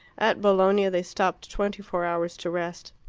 at bologna they stopped twenty-four hours to rest.